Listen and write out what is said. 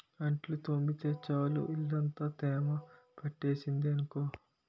అంట్లు తోమితే చాలు ఇల్లంతా తేమ పట్టేసింది అనుకో